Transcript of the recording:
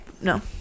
No